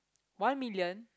one million